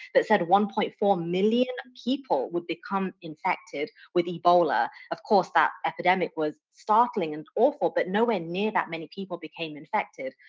that said one point four million people would become infected with ebola. of course, that epidemic was startling and awful, but nowhere near that many people became infected.